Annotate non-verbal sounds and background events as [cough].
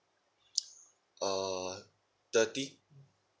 [noise] uh thirty